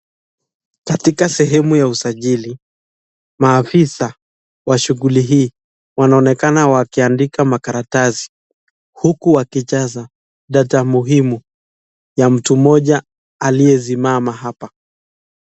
Katika sehemu ya usajali maafisa wa shughuli hii wanaonekana wakiandika makaratasi huku wakijaza data muhimu ya mtu mmoja aliyesimama hapa.